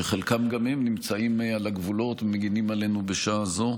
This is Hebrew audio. שחלקם גם הם נמצאים על הגבולות ומגינים עלינו בשעה זו.